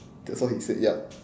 that's what he said yup